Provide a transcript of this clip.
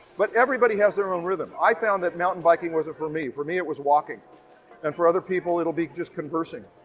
but everybody has their own rhythm. i found that mountain biking wasn't for me. for me, it was walking and for other people, it will be just conversing,